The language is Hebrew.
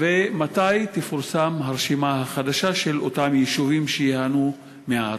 ומתי תפורסם הרשימה החדשה של היישובים שייהנו מההטבות?